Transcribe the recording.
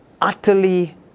utterly